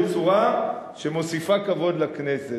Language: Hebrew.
בצורה שמוסיפה כבוד לכנסת.